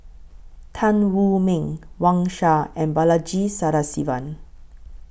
Tan Wu Meng Wang Sha and Balaji Sadasivan